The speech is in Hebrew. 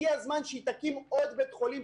הגיע הזמן שהיא תבנה עוד בית חולים,